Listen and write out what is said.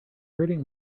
hurting